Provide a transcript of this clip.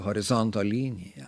horizonto linija